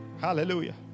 hallelujah